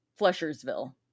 Fleshersville